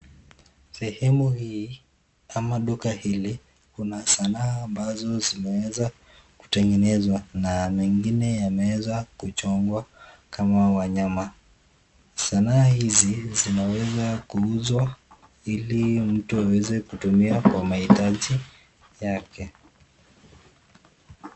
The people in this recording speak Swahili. Sehemu hii ama duka hili kuna sanaa ambazo zimeweza kutengenezwa na mengine yameweza kuchongwa kama wanyama. Sanaa hizi zinaweza kuuzwa ili mtu aweze kutumia kwa mahitaji yake.